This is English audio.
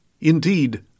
Indeed